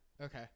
Okay